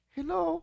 Hello